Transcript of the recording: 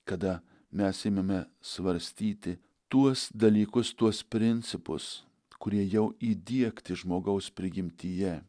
kada mes imame svarstyti tuos dalykus tuos principus kurie jau įdiegti žmogaus prigimtyje